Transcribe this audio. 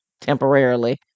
temporarily